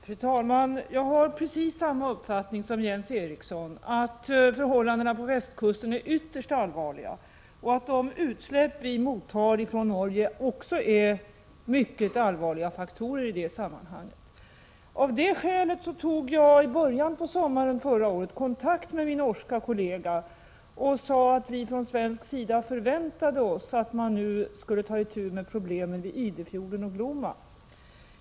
Fru talman! Jag har precis samma uppfattning som Jens Eriksson, att förhållandena på västkusten är ytterst allvarliga och att de utsläpp som vi mottar från Norge utgör mycket allvarliga faktorer i det sammanhanget. Av det skälet tog jag i början av sommaren förra året kontakt med min norska kollega och sade att vi från svensk sida förväntade oss att man skulle ta itu med problemen vid Idefjorden och Glomma.